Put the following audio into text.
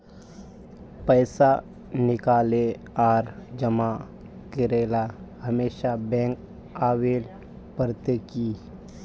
पैसा निकाले आर जमा करेला हमेशा बैंक आबेल पड़ते की?